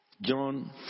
John